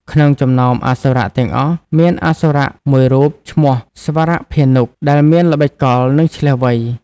ក្នុងចំណោមអសុរៈទាំងអស់ មានអសុរៈមួយរូបឈ្មោះ ស្វរភានុ ដែលមានល្បិចកល និងឈ្លាសវៃ។